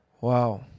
Wow